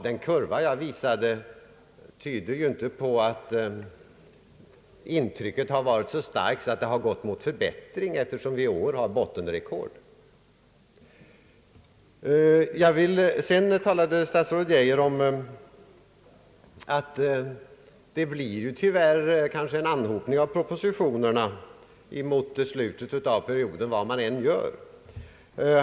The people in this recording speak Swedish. Den kurva jag visade kammarens ledamöter tyder dock inte på att intrycket har varit så starkt att det har blivit någon förbättring. Tvärtom är det bottenrekord i år. Vidare sade statsrådet Geijer att det tyvärr blir en anhopning av propositioner mot slutet av perioden, hur man än gör.